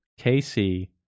kc